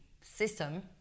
system